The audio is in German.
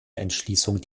entschließung